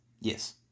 Yes